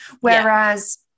whereas